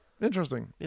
interesting